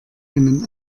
einen